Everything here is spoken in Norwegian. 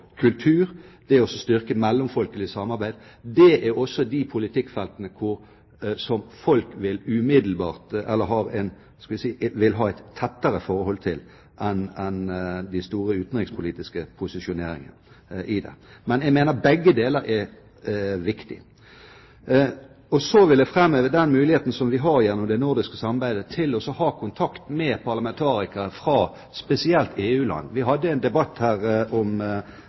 kultur og styrke mellomfolkelig samarbeid, er politikkfelt som folk umiddelbart vil ha et tettere forhold til enn til de store utenrikspolitiske posisjoneringene. Men jeg mener begge deler er viktig. Og så vil jeg framheve den muligheten som vi har gjennom det nordiske samarbeidet til å ha kontakt med parlamentarikere fra spesielt EU-land. Vi hadde en debatt her etter utenriksministerens redegjørelse om